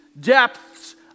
depths